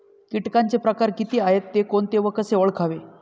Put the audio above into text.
किटकांचे प्रकार किती आहेत, ते कोणते व कसे ओळखावे?